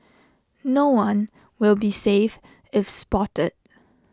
no one will be safe if spotted